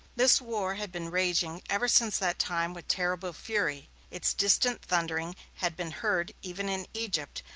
this war had been raging ever since that time with terrible fury. its distant thundering had been heard even in egypt,